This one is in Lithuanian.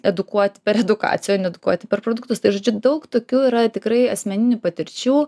edukuot per edukaciją o ne edukuoti per produktus tai žodžiu daug tokių yra tikrai asmeninių patirčių